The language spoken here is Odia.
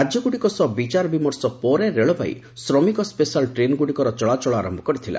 ରାଜ୍ୟଗ୍ରଡ଼ିକ ସହ ବିଚାର ବିମର୍ଷ ପରେ ରେଳବାଇ ଶ୍ରମିକ ସେଶାଲ୍ ଟ୍ରେନ୍ଗୁଡ଼ିକର ଚଳାଚଳ ଆରୟ କରିଥିଲା